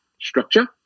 structure